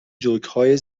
جوکهای